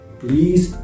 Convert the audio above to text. please